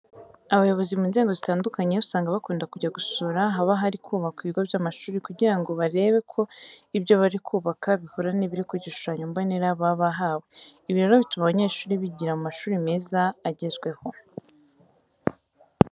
Abayobozi mu nzego zitandukanye usanga bakunda kujya gusura ahaba hari kubakwa ibigo by'amashuri kugira ngo barebe ko ibyo bari kubaka bihura n'ibiri ku gishushano mbonera baba bahawe. Ibi rero bituma abanyeshuri bigira mu mashuri meza agezweho.